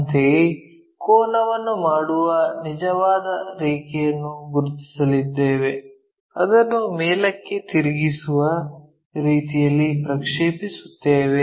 ಅಂತೆಯೇ ಕೋನವನ್ನು ಮಾಡುವ ನಿಜವಾದ ರೇಖೆಯನ್ನು ಗುರುತಿಸಿದ್ದೇವೆ ಅದನ್ನು ಮೇಲಕ್ಕೆ ತಿರುಗಿಸುವ ರೀತಿಯಲ್ಲಿ ಪ್ರಕ್ಷೇಪಿಸುತ್ತೇವೆ